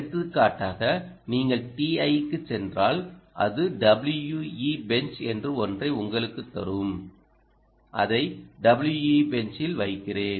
எடுத்துக்காட்டாக நீங்கள் TI க்குச் சென்றால் அது WEbench என்று ஒன்றை உங்களுக்குத் தரும் அதை WEbench இல் வைக்கிறேன்